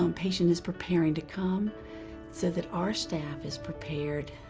um patient is preparing to come so that our staff is prepared.